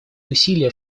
усилия